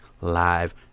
live